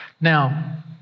Now